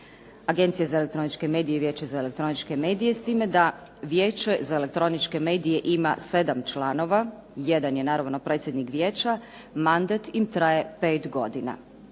Agencija za elektroničke medije i Vijeće za elektroničke medije, s time da Vijeće za elektroničke medije ima 7 članova, jedan je predsjednik Vijeća, mandat im traje pet godina.